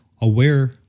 aware